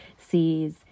sees